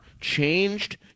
changed